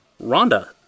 Rhonda